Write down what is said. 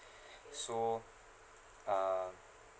so uh